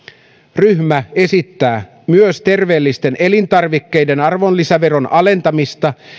ryhmä esittää myös terveellisten elintarvikkeiden arvonlisäveron alentamista